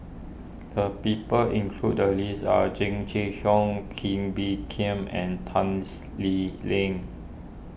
the people included list are Jing Jun Hong Kee Bee Khim and Tans Lee Leng